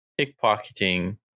pickpocketing